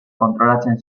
kontrolatzen